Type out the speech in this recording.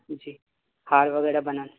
جی ہار وغیرہ بنا